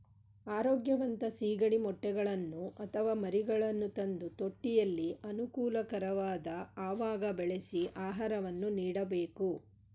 ಆರೋಗ್ಯವಂತ ಸಿಗಡಿ ಮೊಟ್ಟೆಗಳನ್ನು ಅಥವಾ ಮರಿಗಳನ್ನು ತಂದು ತೊಟ್ಟಿಯಲ್ಲಿ ಅನುಕೂಲಕರವಾದ ಅವಾಗ ಬೆಳೆಸಿ ಆಹಾರವನ್ನು ನೀಡಬೇಕು